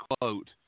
quote